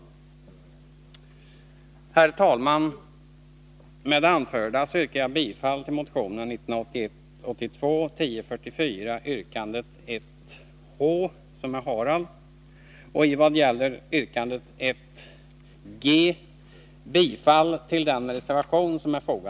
Herr talman! Med det anförda yrkar jag bifall till motionen 1981/82:1044,